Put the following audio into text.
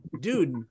Dude